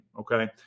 Okay